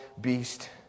beast